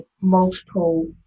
multiple